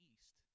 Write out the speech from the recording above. East